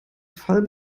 fall